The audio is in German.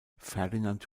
ferdinand